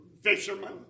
fisherman